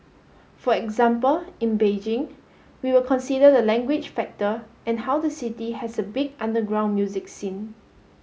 for example in Beijing we will consider the language factor and how the city has a big underground music scene